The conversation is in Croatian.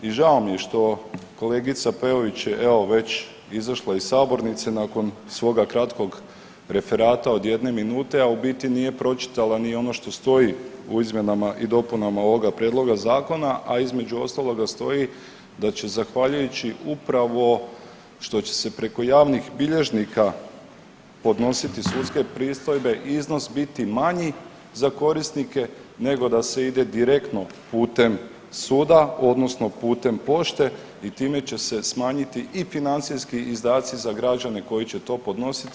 I žao mi je što kolegica Peović je evo već izašla iz sabornice nakon svoga kratkog referata od jedne minute, a u biti nije pročitala ni ono što stoji u izmjenama i dopunama ovoga prijedloga zakona a između ostaloga stoji da će zahvaljujući upravo što će se preko javnih bilježnika podnositi sudske pristojbe iznos biti manji za korisnike, nego da se ide direktno putem suda, odnosno putem pošte i time će se smanjiti i financijski izdaci za građane koji će to podnositi.